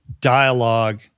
dialogue